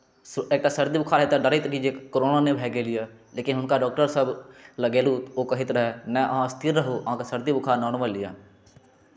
एकटा सर्दी बुखार होइ तऽ डरैत रही जे कोरोना नहि भय गेल यऽ लेकिन हुनका डॉक्टर सभ लग लऽगेलहुँ नै अहाँ स्थिर रहु अहाँकेँ नॉर्मल सर्दी बुखार यऽ